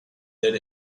that